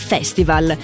Festival